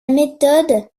méthode